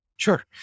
Sure